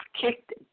kicked